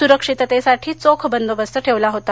सुरक्षिततेसाठीही चोख बंदोबस्त ठेवला होता